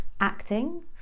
acting